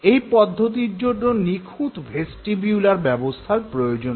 এই পদ্ধতির জন্য নিখুঁত ভেস্টিবিউলার ব্যবস্থার প্রয়োজন হয়